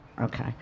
okay